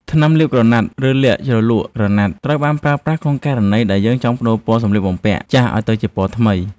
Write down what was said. ថ្នាំលាបក្រណាត់ ឬលក្ខណ៍ជ្រលក់ក្រណាត់ ត្រូវបានប្រើប្រាស់ក្នុងករណីដែលយើងចង់ប្ដូរពណ៌សម្លៀកបំពាក់ចាស់ឱ្យទៅជាពណ័ថ្មី។